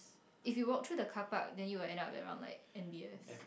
if you walk through the car park then you will end up around like N_B_S